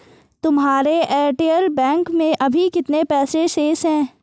तुम्हारे Airtel bank में अभी कितने पैसे शेष हैं?